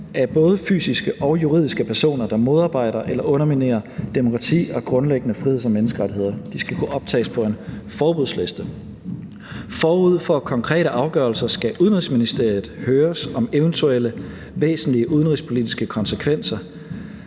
af både fysiske og juridiske personer, der modarbejder eller underminerer demokrati og grundlæggende friheds- og menneskerettigheder; de skal kunne optages på en forbudsliste. Forud for konkrete afgørelser skal Udenrigsministeriet høres om eventuelle væsentlige udenrigspolitiske konsekvenser.